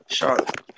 Charlotte